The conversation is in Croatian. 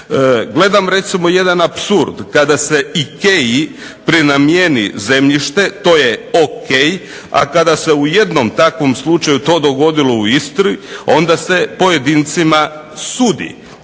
Gledam recimo jedan apsurd kada se IKEA-i prenamijeni zemljište to je ok, a kada se u jednom takvom slučaju dogodilo u Istri onda se pojedincima sudi.